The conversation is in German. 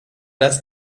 das